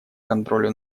контролю